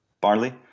barley